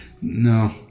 No